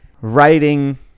writing